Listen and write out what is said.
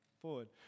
forward